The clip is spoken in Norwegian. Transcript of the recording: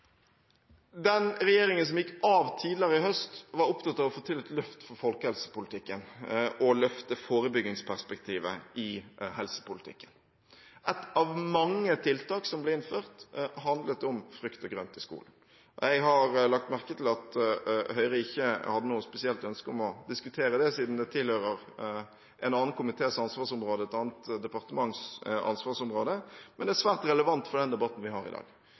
Den regjeringen som gikk av tidligere i høst, var opptatt av å få til et løft for folkehelsepolitikken og løfte forebyggingsperspektivet i helsepolitikken. Ett av mange tiltak som ble innført, handlet om frukt og grønt i skolen. Jeg har lagt merke til at Høyre ikke hadde noe spesielt ønske om å diskutere det, siden det tilhører en annen komités ansvarsområde og et annet departements ansvarsområde, men det er svært relevant for den debatten vi har i dag.